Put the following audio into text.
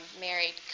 married